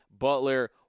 Butler